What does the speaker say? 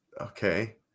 okay